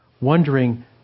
Wondering